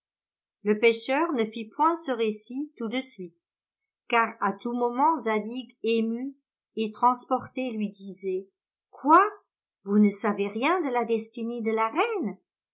le pêcheur ne fit point ce récit tout de suite car à tout moment zadig ému et transporté lui disait quoi vous ne savez rien de la destinée de la reine